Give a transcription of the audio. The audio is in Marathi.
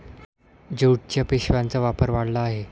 ज्यूटच्या पिशव्यांचा वापर वाढला आहे